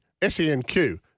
SENQ